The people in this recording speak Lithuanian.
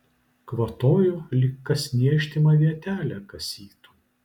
kvatojo lyg kas niežtimą vietelę kasytų